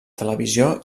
televisió